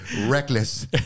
reckless